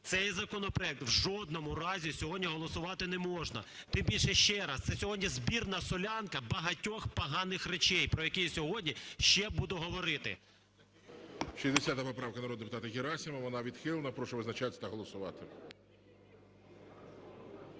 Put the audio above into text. Цей законопроект в жодному разі сьогодні голосувати не можна. Тим більше, ще раз, це сьогодні збірна солянка багатьох поганих речей, про які я сьогодні ще буду говорити. ГОЛОВУЮЧИЙ. 60 поправка народного депутата Герасимова. Вона відхилена. Прошу визначатися та голосувати.